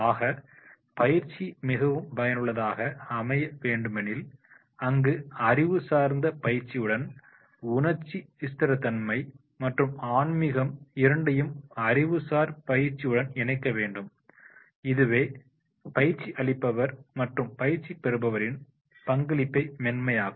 ஆக பயிற்சி மிகவும் பயனுள்ளதாக அமைய வேண்டுமெனில் அங்கு அறிவு சார்ந்த பயிற்சியுடன் உணர்ச்சி ஸ்திரத்தன்மை மற்றும் ஆன்மீக இரண்டையும் அறிவுசார் பயிற்சியுடன் இணைக்க வேண்டும் இதுவே பயிற்சி அளிப்பவர் மற்றும் பயிற்சி பெறுபவரின் பங்களிப்பை மென்மையாக்கும்